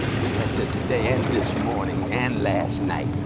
we had that today and this morning and last night.